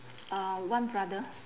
uh one brother